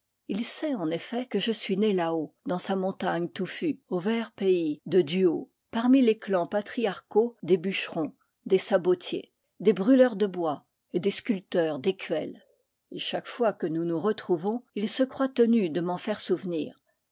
il sait en effet que je suis né là-haut dans sa montagne touffue au vert pays de duault parmi les clans patriar caux des bûcherons des sabotiers des brûleurs de bois et des sculpteurs d'écuelles et chaque fois que nous nous retrouvons il se croit tenu de m'en faire souvenir